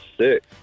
sick